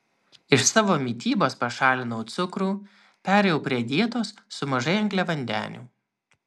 iš savo mitybos pašalinau cukrų perėjau prie dietos su mažai angliavandenių